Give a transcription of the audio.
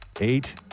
Eight